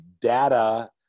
data